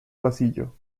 pasillo